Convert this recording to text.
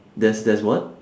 there's there's what